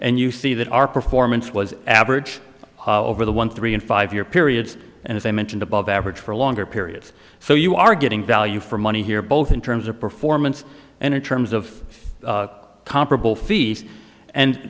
and you see that our performance was average over the one three and five year periods and as i mentioned above average for longer periods so you are getting value for money here both in terms of performance and in terms of comparable fees and